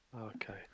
okay